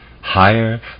higher